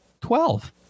Twelve